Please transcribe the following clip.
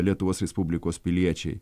lietuvos respublikos piliečiai